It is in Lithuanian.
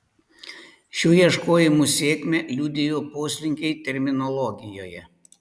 šių ieškojimų sėkmę liudijo poslinkiai terminologijoje